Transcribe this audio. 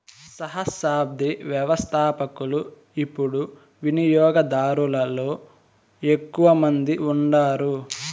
సహస్రాబ్ది వ్యవస్థపకులు యిపుడు వినియోగదారులలో ఎక్కువ మంది ఉండారు